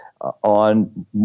on